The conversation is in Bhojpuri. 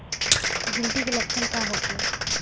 गिलटी के लक्षण का होखे?